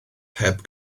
heb